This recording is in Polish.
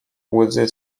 łzy